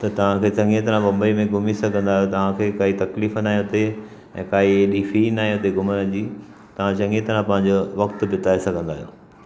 त तव्हांखे चङी तरह मुंबई में घुमी सघंदो आहियो तव्हांखे काई तकलीफ़ न आहे हुते ऐं काई एॾी फी न आहे उते घुमण जी तां चङी तरह पंहिंजो वक़्तु बिताए सघंदा आहियो